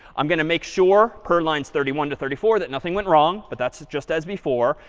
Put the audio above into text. i'm going to make sure per lines thirty one to thirty four that nothing went wrong. but that's just as before.